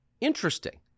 Interesting